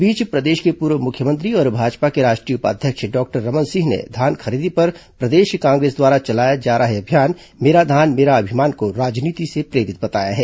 इस बीच प्रदेश के पूर्व मुख्यमंत्री और भाजपा के राष्ट्रीय उपाध्यक्ष डॉक्टर रमन सिंह ने धान खरीदी पर प्रदेश कांग्रेस द्वारा चलाए जा रहे अभियान मेरा धान मेरा अभिमान को राजनीति से प्रेरित बताया है